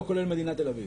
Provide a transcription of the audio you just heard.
לא כולל את מדינת תל אביב.